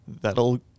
that'll